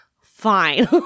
fine